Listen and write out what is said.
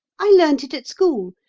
i learnt it at school.